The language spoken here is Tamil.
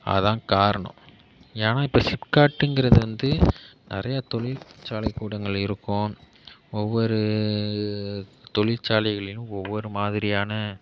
அதுதான் காரணம் ஏன்னால் இப்போ ஸிப்கார்ட்ங்கிறது வந்து நிறையா தொழிற்சாலை கூடங்கள் இருக்கும் ஒவ்வொரு தொழிற்சாலைகளிலும் ஒவ்வொரு மாதிரியான